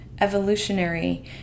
evolutionary